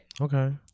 Okay